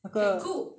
那个